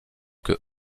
que